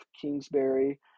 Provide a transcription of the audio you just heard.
Kingsbury